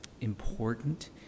important